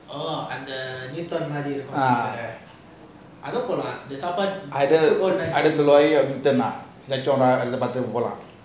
போலாம்:polam